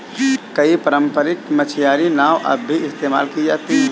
कई पारम्परिक मछियारी नाव अब भी इस्तेमाल की जाती है